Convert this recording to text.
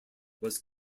was